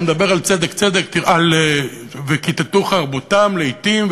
שמדבר על "וכתתו חרבותם לאתים",